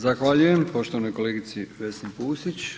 Zahvaljujem poštovanoj kolegici Vesni Pusić.